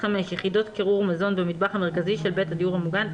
(5) יחידות קירור מזון במטבח המרכזי של בית הדיור המוגן,